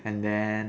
and then